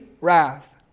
wrath